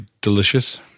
delicious